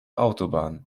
autobahn